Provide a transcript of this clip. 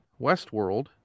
Westworld